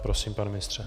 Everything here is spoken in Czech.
Prosím, pane ministře.